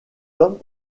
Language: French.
tome